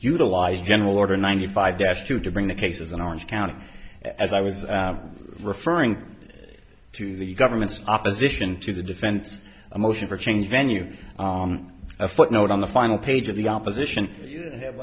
utilize general order ninety five das to to bring the cases in orange county as i was referring to the government's opposition to the defense a motion for change venue a footnote on the final page of the opposition